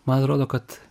man atrodo kad